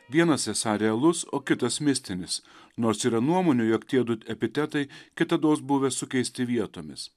vienas esą realus o kitas mistinis nors yra nuomonių jog tie du epitetai kitados buvę sukeisti vietomis